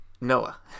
Noah